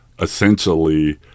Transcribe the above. essentially